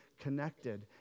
connected